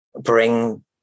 bring